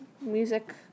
music